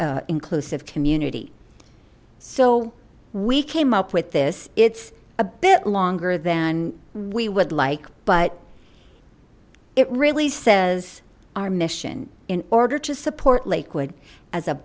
acum inclusive community so we came up with this it's a bit longer than we would like but it really says our mission in order to support lakewood as a